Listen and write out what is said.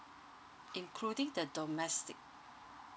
including the domestic